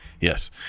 Yes